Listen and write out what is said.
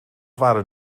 waren